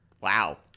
Wow